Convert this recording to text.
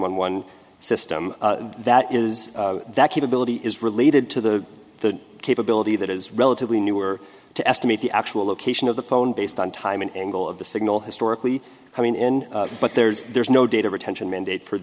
one one system that is that capability is related to the the capability that is relatively new or to estimate the actual location of the phone based on time and angle of the signal historically i mean in but there's there's no data retention mandate for